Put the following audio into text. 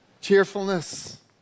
Cheerfulness